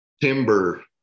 timber